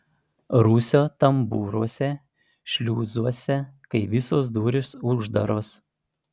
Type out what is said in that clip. rūsio tambūruose šliuzuose kai visos durys uždaros